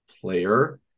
player